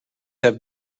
have